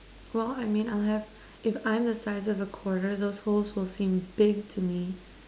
well I mean I'll have if I'm the size of a quarter those holes will seem big to me